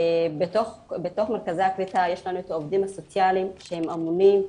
בתוך מרכזי הקליטה יש לנו את העובדים הסוציאליים שהם אמונים.